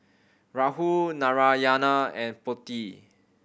Rahul Narayana and Potti